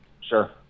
Sure